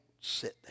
sit